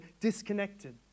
disconnected